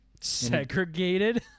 Segregated